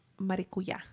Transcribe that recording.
maricuya